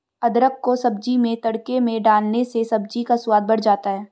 अदरक को सब्जी में तड़के में डालने से सब्जी का स्वाद बढ़ जाता है